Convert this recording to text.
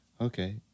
Okay